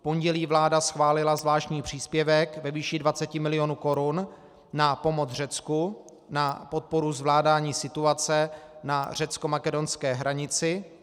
V pondělí vláda schválila zvláštní příspěvek ve výši 20 milionů korun na pomoc Řecku, na podporu zvládání situace na řeckomakedonské hranici.